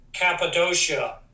Cappadocia